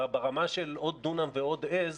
ברמה של עוד דונם ועוד עז,